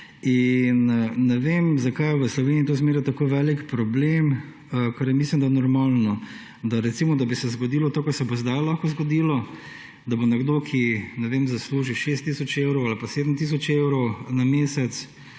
Ne vem, zakaj je v Sloveniji to vedno tako velik problem. Ker je, mislim da, normalno, recimo da bi se zgodilo to, kakor se bo lahko zgodilo, da bo nekdo, ki zasluži 6 tisoč evrov ali pa 7 tisoč evrov na mesec,